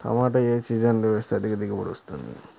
టమాటా ఏ సీజన్లో వేస్తే అధిక దిగుబడి వస్తుంది?